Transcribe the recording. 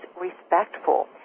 respectful